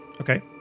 Okay